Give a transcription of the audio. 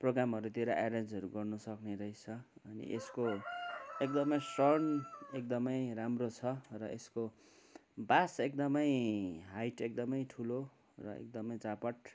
प्रोग्रामहरूतिर एरेन्जहरू गर्नुसक्ने रहेछ यसको एकदमै साउन्ड राम्रो छ र यसको बास एकदमै हाइट एकदमै ठुलो एकदमै चापट